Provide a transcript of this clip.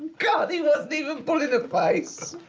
god! he wasn't even pulling a face!